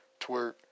twerk